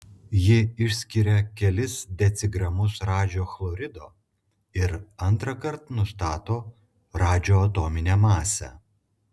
ji išskiria kelis decigramus radžio chlorido ir antrąkart nustato radžio atominę masę